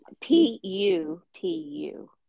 p-u-p-u